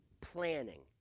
planning